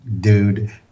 dude